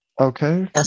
Okay